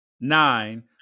nine